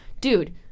dude